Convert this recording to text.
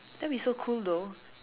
that'll be so cool though